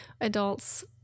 adults